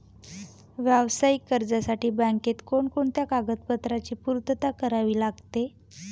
व्यावसायिक कर्जासाठी बँकेत कोणकोणत्या कागदपत्रांची पूर्तता करावी लागते?